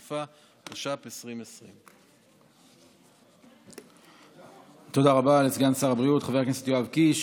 אכיפה) התש"ף 2020. תודה רבה לסגן שר הבריאות חבר הכנסת יואב קיש.